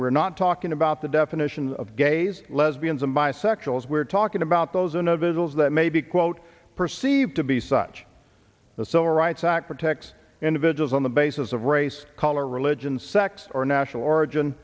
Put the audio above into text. we're not talking about the definitions of gays lesbians and bisexuals we're talking about those individuals that may be quote perceived to be such the civil rights act protects individuals on the basis of race color religion sex or national origin